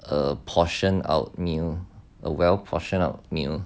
a portioned out meal a well portioned out meal